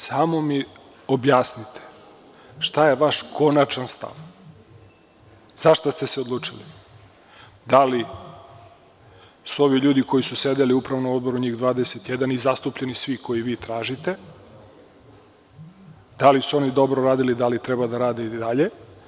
Samo mi objasnite šta je vaš konačan stav, za šta ste se odlučili, da li su ovi ljudi koji su sedeli u Upravnom odboru, njih 21 i zastupljeni svi koje vi tražite, da li su oni dobro radili, da li treba da rade i dalje?